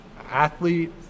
athlete